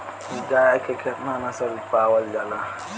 गाय के केतना नस्ल पावल जाला?